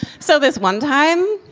so this one time,